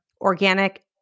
organic